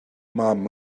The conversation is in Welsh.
mam